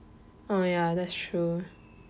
oh ya that's true